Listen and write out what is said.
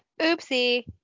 Oopsie